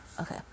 Okay